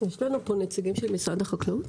יש לנו פה נציגים של משרד החקלאות?